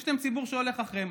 יש ציבור שהולך אחריהם.